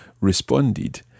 responded